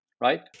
right